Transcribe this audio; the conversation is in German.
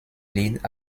lied